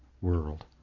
world